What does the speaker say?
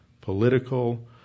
political